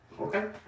Okay